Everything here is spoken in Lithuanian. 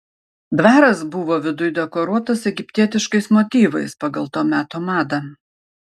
dvaras buvo viduj dekoruotas egiptietiškais motyvais pagal to meto madą